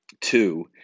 two